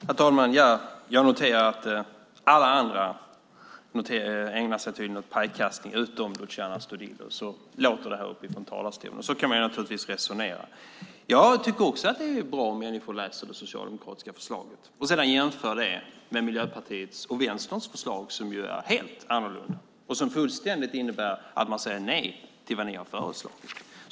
Herr talman! Jag noterar att alla andra ägnar sig åt pajkastning utom Luciano Astudillo. Så låter det från talarstolen, och så kan man naturligtvis resonera. Jag tycker att det är bra om människor läser det socialdemokratiska förslaget och jämför det med Miljöpartiets och Vänsterpartiets förslag, som ju är helt annorlunda och som innebär att man säger fullständigt nej till vad ni har föreslagit.